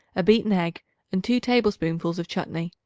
a beaten egg and two tablespoonfuls of chutney.